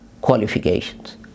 qualifications